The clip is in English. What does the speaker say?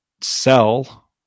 sell